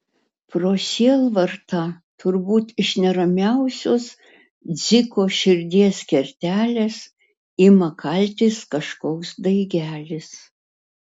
pro sielvartą turbūt iš neramiausios dziko širdies kertelės ima kaltis kažkoks daigelis